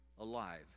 alive